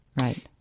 Right